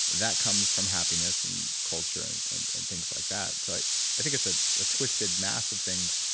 that comes from happiness and culture and and and things like that. so i think it's a ah twisted mass of things,